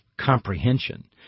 comprehension